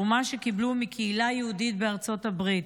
תרומה שקיבלו מקהילה יהודית בארצות הברית.